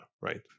right